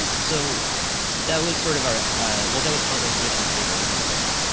and so that was sort of our well that was butler's mission statement with the work.